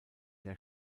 der